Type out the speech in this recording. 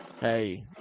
hey